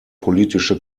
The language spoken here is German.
politische